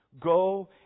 Go